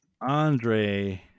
Andre